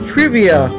Trivia